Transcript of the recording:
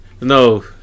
no